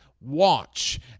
watch